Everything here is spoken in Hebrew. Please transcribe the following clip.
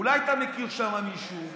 אולי אתה מכיר שם מישהו?